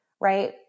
right